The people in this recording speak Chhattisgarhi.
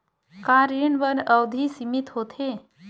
का ऋण बर अवधि सीमित होथे?